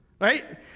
right